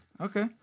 Okay